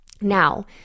now